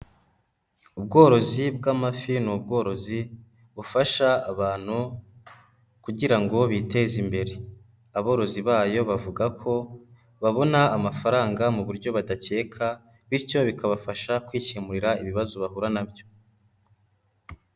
Ubworozi bw'amafi ni ubworozi bufasha abantu kugira ngo biteze imbere. Aborozi bayo bavuga ko babona amafaranga mu buryo badakeka, bityo bikabafasha kwikemurira ibibazo bahura na byo.